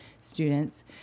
students